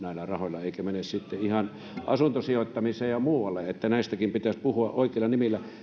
näillä rahoilla niin etteivät ne mene sitten ihan asuntosijoittamiseen ja muualle että näistäkin pitäisi puhua oikeilla nimillä